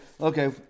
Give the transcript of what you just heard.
Okay